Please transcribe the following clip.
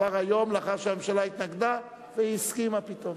עבר היום לאחר שהממשלה התנגדה והיא הסכימה פתאום.